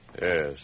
Yes